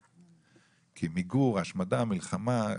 כי מיגור, השמדה, מלחמה,